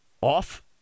off